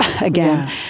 again